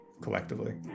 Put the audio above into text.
collectively